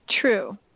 true